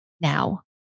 now